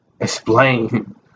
explain